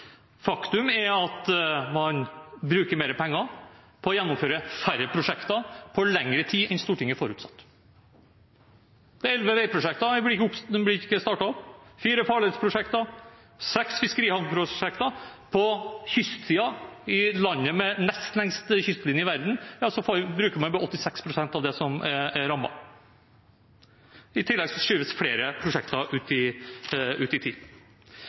Faktum er at man bruker mer penger på å gjennomføre færre prosjekter på lengre tid enn det Stortinget forutsatte. Det er elleve veiprosjekter, fire farledsprosjekter og seks fiskerihavnprosjekter på kystsiden som ikke blir startet opp. I landet med nest lengst kystlinje i verden bruker man bare 86 pst. av det som er rammen. I tillegg skyves flere prosjekter ut i tid.